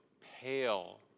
pale